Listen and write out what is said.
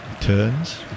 turns